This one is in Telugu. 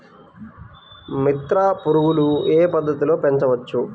మిత్ర పురుగులు ఏ పద్దతిలో పెంచవచ్చు?